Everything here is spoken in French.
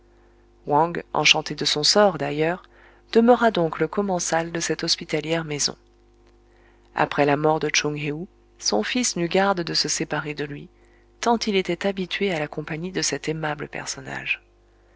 wang enchanté de son sort d'ailleurs demeura donc le commensal de cette hospitalière maison après la mort de tchoung héou son fils n'eut garde de se séparer de lui tant il était habitué à la compagnie de cet aimable personnage